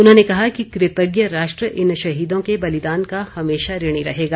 उन्होंने कहा कि कृतज्ञ राष्ट्र इन शहीदों के बलिदान का हमेशा ऋणी रहेगा